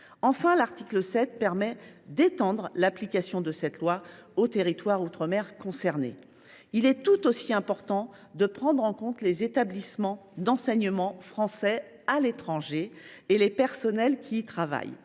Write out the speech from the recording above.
de l’article 6 étendent l’application de cette loi aux territoires d’outre mer concernés. Il est tout aussi important de prendre en compte les établissements d’enseignement français à l’étranger, et les personnels qui y travaillent.